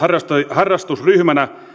harrastusryhmänä